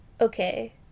Okay